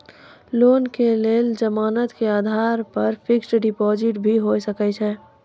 Loan के लेल जमानत के आधार पर फिक्स्ड डिपोजिट भी होय सके छै?